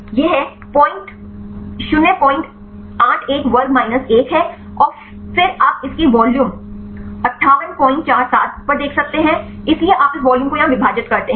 यह 081 वर्ग माइनस 1 है फिर आप इनको वॉल्यूम 5847 पर देख सकते हैं इसलिए आप इस वॉल्यूम को यहाँ विभाजित करते हैं